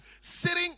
sitting